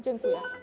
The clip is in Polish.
Dziękuję.